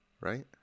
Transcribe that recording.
right